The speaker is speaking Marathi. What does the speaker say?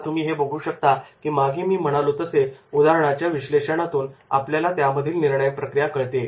आता तुम्ही हे बघू शकता की मी मागे म्हणालो तसे उदाहरणाच्या विश्लेषणातून आपल्याला त्यामधील निर्णयप्रक्रिया कळते